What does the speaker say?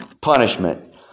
punishment